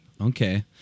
Okay